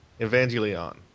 Evangelion